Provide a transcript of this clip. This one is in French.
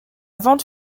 vente